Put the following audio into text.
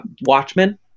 Watchmen